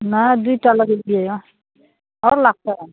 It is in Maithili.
नहि दुइटा लगेलियै यऽ आओर लगतय